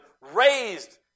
raised